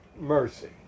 mercy